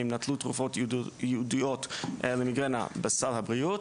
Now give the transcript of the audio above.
נטלו תרופות ייעודיות למיגרנה בסל הבריאות,